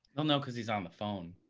well, no, because he's on the phone.